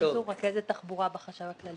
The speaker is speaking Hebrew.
רכזת תחבורה בחשב הכללי.